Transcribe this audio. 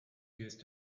used